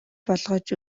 болгож